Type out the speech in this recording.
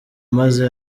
maze